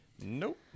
nope